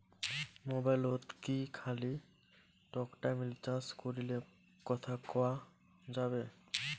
মোবাইলত কি খালি টকটাইম রিচার্জ করিলে কথা কয়া যাবে?